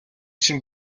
чинь